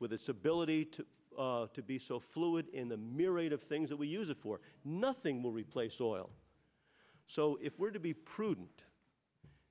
with its ability to to be so fluid in the myriad of things that we use it for nothing will replace oil so if we're to be prudent